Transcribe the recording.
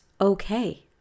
okay